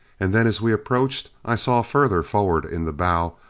and then as we approached, i saw further forward in the bow,